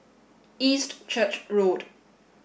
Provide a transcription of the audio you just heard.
East Church Road